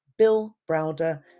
billbrowder